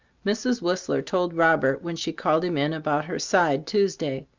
mrs. whistler told robert, when she called him in about her side, tuesday.